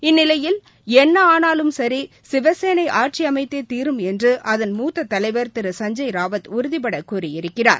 இந்த நிலையில் என்ன ஆனாலும் சரி சிவசேனை ஆட்சி அமைத்தே தீரும் என்று அதன் மூத்த தலைவர் திரு சஞ்சய் ராவத் உறுதிபட கூறியிருக்கிறார்